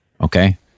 Okay